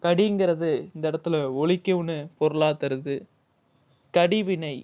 கடிங்கிறது இந்த இடத்துல ஒலிக்கும்னு பொருளாக தருது கடிவினை